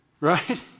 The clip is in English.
Right